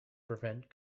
prevent